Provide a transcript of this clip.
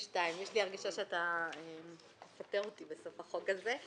הרגשה שאתה פטר אותי בסוף החוק הזה.